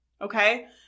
Okay